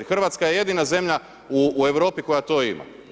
Hrvatska je jedina zemlja u Europi koja to ima.